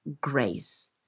grace